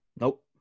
Nope